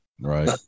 Right